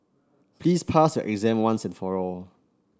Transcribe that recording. please pass your exam once and for all